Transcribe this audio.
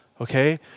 okay